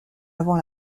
avant